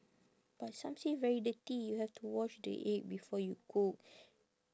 but some say very dirty you have to wash the egg before you cook